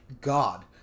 God